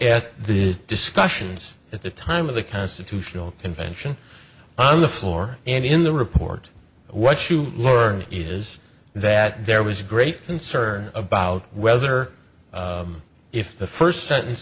at the discussions at the time of the constitutional convention on the floor and in the report what you learned is that there was great concern about whether if the first sentence